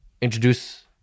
introduce